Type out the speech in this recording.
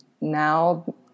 now